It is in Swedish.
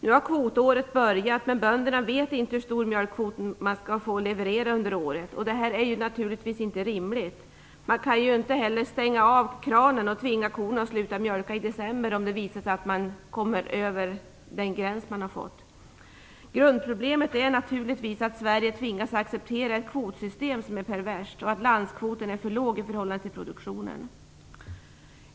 Kvotåret har börjat, men bönderna vet inte hur stora mjölkkvoter man får leverera under året. Det är naturligtvis inte rimligt. Man kan ju inte stänga av kranen och tvinga korna att sluta mjölka i december om det visar sig att man kommer över gränsen. Grundproblemet är naturligtvis att Sverige tvingats acceptera ett kvotsystem som är perverst och att landskvoten är för låg i förhållande till produktionen.